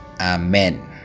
Amen